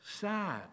Sad